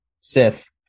Sith